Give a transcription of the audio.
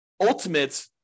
ultimate